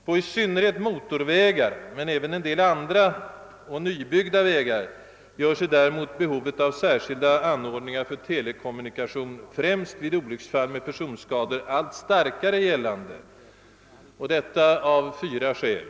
På i synnerhet motorvägar men även på en del andra nybyggda vägar gör sig däremot behovet av särskilda anordningar för telekommunikation, främst vid olycksfall med personskador, allt starkare gällande och detta av fyra skäl.